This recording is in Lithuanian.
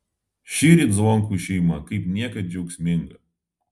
šįryt zvonkų šeima kaip niekad džiaugsminga